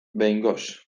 behingoz